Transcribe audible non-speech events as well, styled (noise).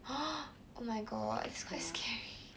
(noise) oh my god it's quite scary